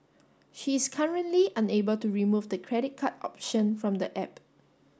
she is currently unable to remove the credit card option from the app